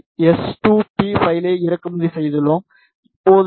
ஜியின் S 2 P பைலை இறக்குமதி செய்துள்ளோம்